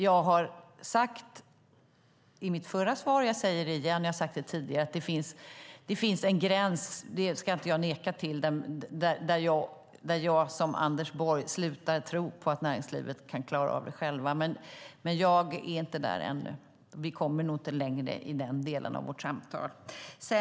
Jag har sagt tidigare och jag säger igen att det finns en gräns, det ska jag inte neka till, där jag liksom Anders Borg slutar tro på att näringslivet kan klara av det på egen hand, men jag är inte där ännu. Vi kommer nog inte längre i den delen av vårt samtal.